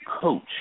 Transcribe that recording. coach